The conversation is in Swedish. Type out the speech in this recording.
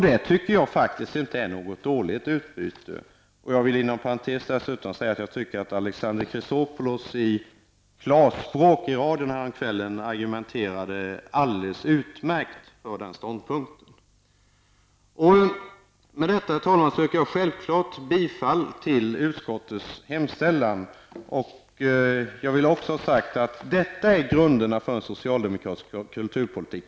Det är faktiskt inte något dåligt utbyte. Inom parentes vill jag säga att jag tycker att Klarspråk argumenterade alldeles utmärkt för denna ståndpunkt. Herr talman! Med anförda vill jag yrka bifall till utskottets hemställan, som utgör grunderna för en socialdemokratisk kulturpolitik.